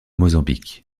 mozambique